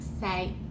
say